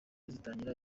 zitangira